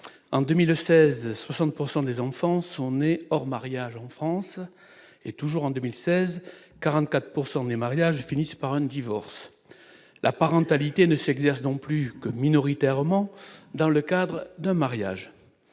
en 2016, 60 pourcent des enfants sont nés hors mariage en France et toujours en 2000 16 heures 44 pourcent des mariages finissent par un divorce la parentalité ne s'exerce non plus que minoritairement dans le cadre d'un mariage